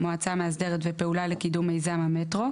"מועצה מאסדרת" ו"פעולה לקידום מיזם המטרו"